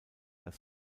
als